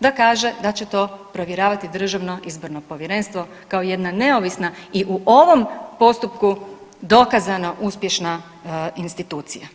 da kaže da će to provjeravati Državno izborno povjerenstvo kao jedna neovisna i u ovom postupku dokazano uspješna institucija.